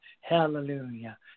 hallelujah